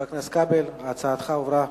חבר הכנסת כבל, הצעתך הועברה